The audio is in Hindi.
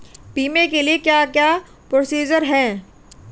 बीमा के लिए क्या क्या प्रोसीजर है?